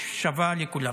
שווה לכולם.